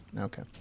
Okay